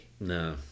no